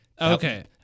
okay